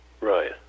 Right